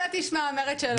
בחיים לא תשמע אותי אומרת שלא.